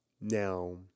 Now